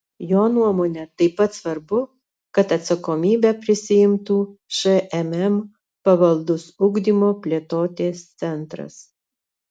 jo nuomone taip pat svarbu kad atsakomybę prisiimtų šmm pavaldus ugdymo plėtotės centras